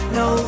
no